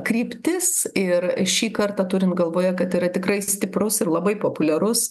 kryptis ir šį kartą turint galvoje kad yra tikrai stiprus ir labai populiarus